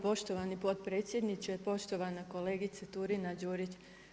Poštovani potpredsjedniče, poštovana kolegice Turina Đurić.